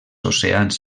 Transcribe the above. oceans